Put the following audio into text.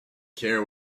care